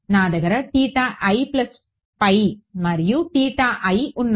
నా దగ్గర మరియు ఉన్నాయి